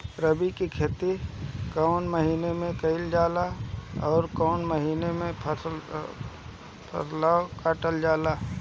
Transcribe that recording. रबी की खेती कौने महिने में कइल जाला अउर कौन् महीना में फसलवा कटल जाला?